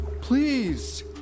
Please